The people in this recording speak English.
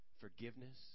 forgiveness